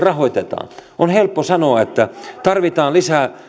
rahoitetaan on helppo sanoa että tarvitaan lisää